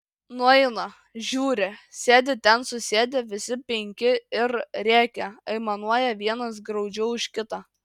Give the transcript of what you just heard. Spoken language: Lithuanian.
nueina žiūri sėdi ten susėdę visi penki ir rėkia aimanuoja vienas graudžiau už kitą